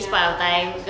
ya